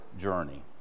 journey